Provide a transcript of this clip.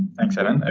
thanks evan.